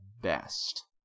best